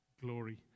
glory